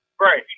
Right